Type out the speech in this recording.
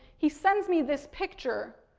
he sends me this picture.